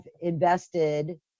invested